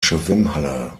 schwimmhalle